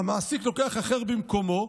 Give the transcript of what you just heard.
המעסיק לוקח אחר במקומו,